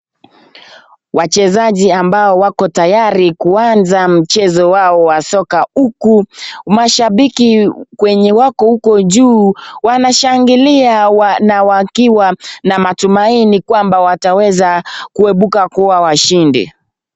Wachezaji ambao wako tayari kuanza mchezo wao wa soka huku mashabiki kwenye wako huko juu wanashangilia na wakiwa na matumaini kwamba wataweza kuebuka kuwa washindi.